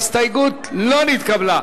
ההסתייגות לא נתקבלה.